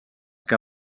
que